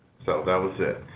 so that was it.